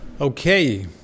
Okay